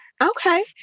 Okay